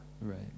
Right